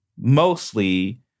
mostly